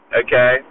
okay